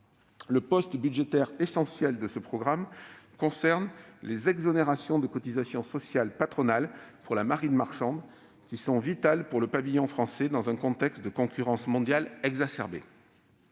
le poste budgétaire essentiel de ce programme réside dans les exonérations de cotisations sociales patronales pour la marine marchande, qui sont vitales pour le pavillon français dans un contexte de concurrence mondiale exacerbée.